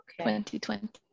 2020